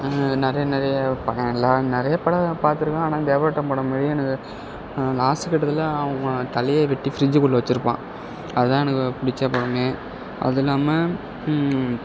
நிறையா நிறையா படம் எல்லாம் நிறைய படம் பார்த்துருக்கேன் ஆனால் தேவராட்டம் படம் உண்மையிலேயே எனக்கு லாஸ்ட் கட்டத்தில் அவங்க தலையை வெட்டி ஃப்ரிட்ஜுக்குள்ளே வச்சுருப்பான் அதுதான் எனக்கு பிடிச்ச படமே அது இல்லாமல்